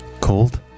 Cold